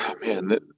man